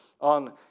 on